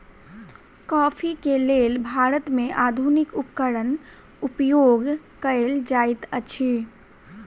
coffee के लेल भारत में आधुनिक उपकरण उपयोग कएल जाइत अछि